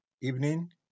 evening